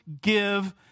give